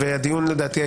לדעתי,